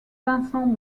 vincent